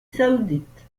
saoudite